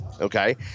Okay